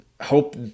hope